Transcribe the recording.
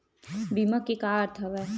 बीमा के का अर्थ हवय?